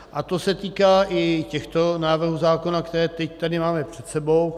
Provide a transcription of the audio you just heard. A to se týká i těchto návrhů zákona, které teď tady máme před sebou.